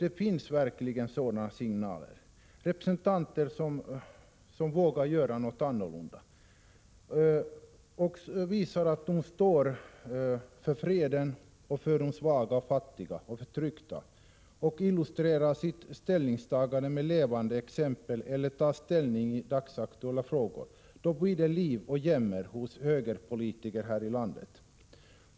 Det finns representanter för kyrkan som vågar göra någonting annorlunda och som tar ställning för freden och de svaga, fattiga och förtryckta. Men när de illustrerar sitt ställningstagande med levande exempel eller tar ställning till dagsaktuella frågor, då blir det liv och jämmer bland högerpolitiker här i landet.